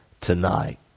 tonight